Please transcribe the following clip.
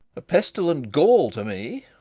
a pestilent gall to me!